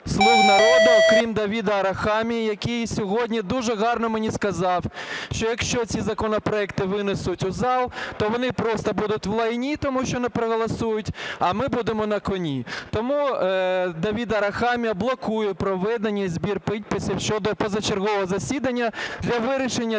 "Слуга народу", окрім Давида Арахамії, який сьогодні дуже гарно мені сказав, що якщо ці законопроекти винесуть в зал, то вони просто будуть в "лайні", тому що не проголосують, а ми будемо "на коні". Тому Давид Арахамія блокує проведення і збір підписів щодо позачергового засідання для вирішення